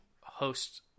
host